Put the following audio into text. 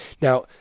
Now